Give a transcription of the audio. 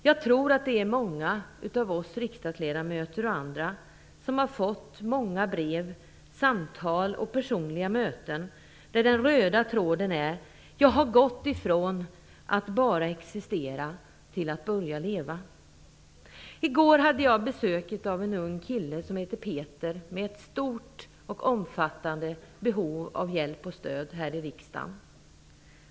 Jag tror att många av oss riksdagsledamöter och även andra har fått många brev, samtal och personliga möten där den röda tråden varit: Jag har gått ifrån att bara existera till att börja leva. I går hade jag besök här i riksdagen av en ung kille som heter Peter med ett stort och omfattande behov av hjälp och stöd.